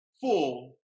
full